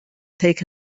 take